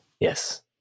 Yes